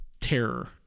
terror